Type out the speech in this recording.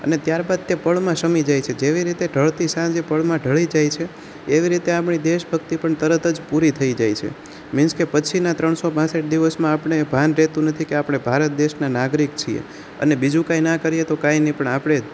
અને ત્યારબાદ તે પળમાં શમી જાય છે જેવી રીતે ઢળતી સાંજે પળમાં ઢળી જાય છે એવી રીતે આપણી દેશભક્તિ પણ તરત જ પૂરી થઈ જાય છે મિન્સ કે પછીના ત્રણસો પાંસઠ દિવસમાં આપણે એ ભાન રહેતું નથી કે આપણે ભારત દેશના નાગરિક છીએ અને બીજું કાંઈ ના કરીએ તો કાંઈ નહીં પણ આપણે